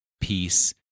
peace